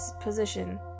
position